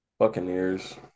Buccaneers